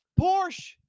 Porsche